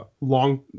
long